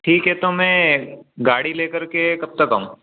ठीक है तो मैं गाड़ी ले करके कब तक आऊँ